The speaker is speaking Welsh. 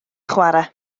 chwarae